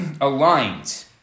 aligned